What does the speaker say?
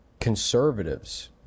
conservatives